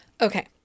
okay